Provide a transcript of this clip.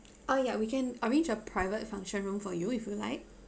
oh yeah we can arrange a private function room for you if you'd like